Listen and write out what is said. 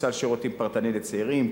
יש סל שירותים פרטני לצעירים,